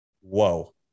whoa